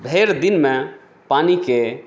भरि दिनमे पानिके